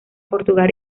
portugal